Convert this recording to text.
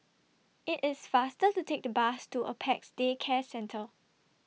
IT IS faster to Take The Bus to Apex Day Care Centre